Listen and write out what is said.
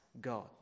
God